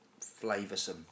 flavoursome